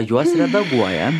juos redaguoja